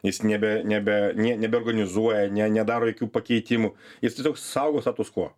jis nebe nebe nebeorganizuoja ne nedaro jokių pakeitimų jis saugo status kvo